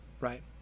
right